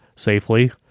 safely